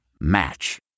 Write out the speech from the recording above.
Match